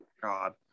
god